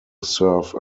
serve